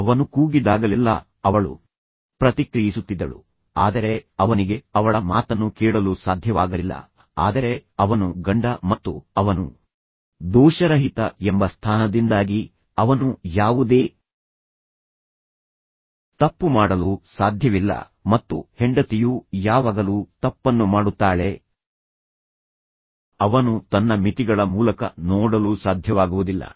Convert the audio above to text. ಅವನು ಕೂಗಿದಾಗಲೆಲ್ಲಾ ಅವಳು ಪ್ರತಿಕ್ರಿಯಿಸುತ್ತಿದ್ದಳು ಆದರೆ ಅವನಿಗೆ ಅವಳ ಮಾತನ್ನು ಕೇಳಲು ಸಾಧ್ಯವಾಗಲಿಲ್ಲ ಆದರೆ ಅವನು ಗಂಡ ಮತ್ತು ಅವನು ದೋಷರಹಿತ ಎಂಬ ಸ್ಥಾನದಿಂದಾಗಿ ಅವನು ಯಾವುದೇ ತಪ್ಪು ಮಾಡಲು ಸಾಧ್ಯವಿಲ್ಲ ಮತ್ತು ಹೆಂಡತಿಯು ಯಾವಾಗಲೂ ತಪ್ಪನ್ನು ಮಾಡುತ್ತಾಳೆ ಅವನು ತನ್ನ ಮಿತಿಗಳ ಮೂಲಕ ನೋಡಲು ಸಾಧ್ಯವಾಗುವುದಿಲ್ಲ